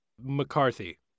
McCarthy